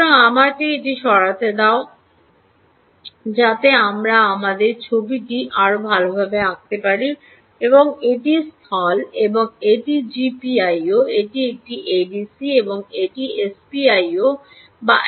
সুতরাং আমাকে এটি সরাতে দাও যাতে আমরা আমাদের ছবিটি আরও ভালভাবে আঁকতে পারি এটি স্থল এবং এটি জিপিআইও এটি একটি এডিসি এবং এটি এসপিআইও বা আই 2 সি